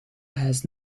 has